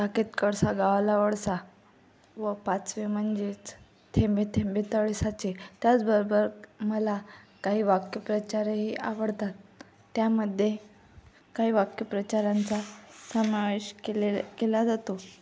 काखेत कळसा गावाला वळसा व पाचवी म्हणजेच थेंबे थेंबे तळे साचे त्याचबरोबर मला काही वाक्यप्रचार ही आवडतात त्यामध्ये काही वाक्यप्रचारांचा समावेश केलेला केला जातो